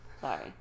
Sorry